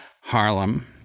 Harlem